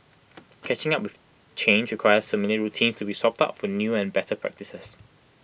catching up change requires familiar routines to be swapped out for new and better practices